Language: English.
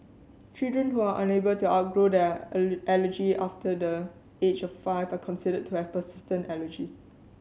children who are unable to outgrow their allergy after the age of five are considered to have persistent allergy